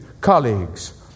colleagues